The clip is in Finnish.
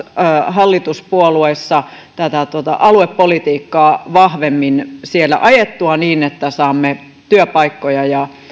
hallituspuolueissa tätä aluepolitiikkaa vahvemmin ajettua niin että saamme työpaikkoja